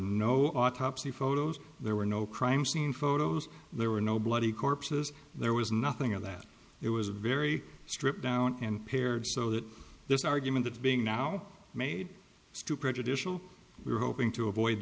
no autopsy photos there were no crime scene photos there were no bloody corpses there was nothing of that it was very stripped down and pared so that this argument that being now made stupid judicial we're hoping to avoid